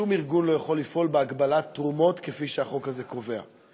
שום ארגון לא יכול לפעול בהגבלת תרומות כפי שהחוק הזה קובע,